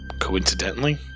Coincidentally